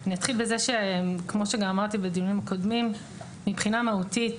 אני אתחיל בזה - כמו שגם אמרתי בדיונים הקודמים - שמבחינה מהותית